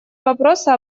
вопроса